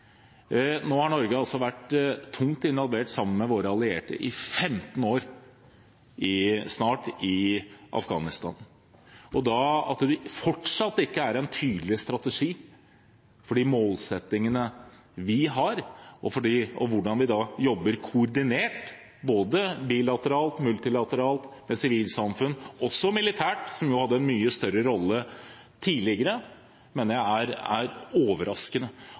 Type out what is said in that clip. Norge har vært tungt involvert – sammen med våre allierte – i Afghanistan i snart 15 år. At det fortsatt ikke er en tydelig strategi for de målsettingene vi har, og for hvordan vi jobber koordinert med sivilsamfunn – både bilateralt, multilateralt og også militært, som jo hadde en mye større rolle tidligere – mener jeg er overraskende,